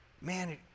man